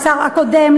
לקודם,